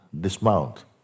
dismount